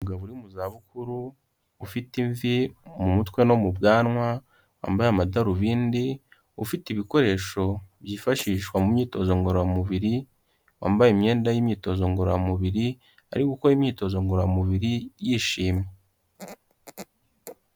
Umugabo uri mu za bukuru ufite imvi mu mutwe no mu bwanwa, wambaye amadarubindi ufite ibikoresho byifashishwa mu myitozo ngororamubiri, wambaye imyenda y'imyitozo ngororamubiri ari gukora imyitozo ngoramubiri yishimye.